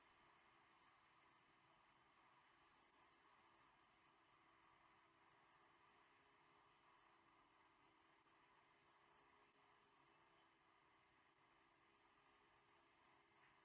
ya